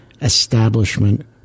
establishment